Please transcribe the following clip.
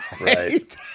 Right